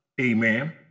amen